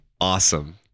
awesome